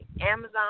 Amazon